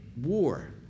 War